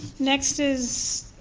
next is